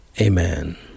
Amen